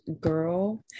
girl